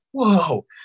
whoa